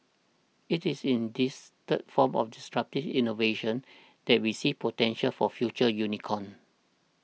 it is in this third form of disruptive innovation that we see potential for future unicorns